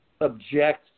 object